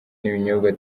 n’ibinyobwa